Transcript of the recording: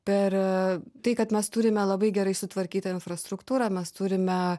per tai kad mes turime labai gerai sutvarkytą infrastruktūrą mes turime